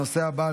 הנושא הבא,